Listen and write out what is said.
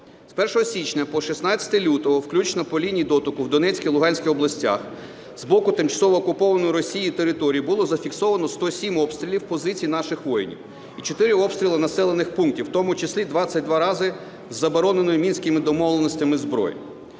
З 1 січня по 16 лютого включно по лінії дотику в Донецькій і Луганській областях з боку тимчасово окупованої Росією території було зафіксовано 107 обстрілів позицій наших воїнів і 4 обстріли населених пунктів, в тому числі 22 рази – із забороненої Мінськими домовленостями зброї.